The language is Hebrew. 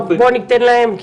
בוא ניתן להם,